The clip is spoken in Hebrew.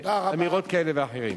מאמירות כאלה ואחרות.